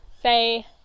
Say